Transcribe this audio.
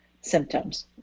symptoms